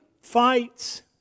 fights